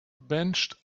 bunched